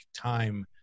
time